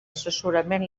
assessorament